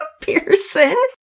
Pearson